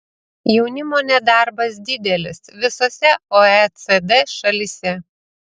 jaunimo nedarbas didelis visose oecd šalyse